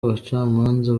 abacamanza